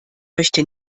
möchte